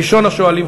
ראשון השואלים,